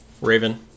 Raven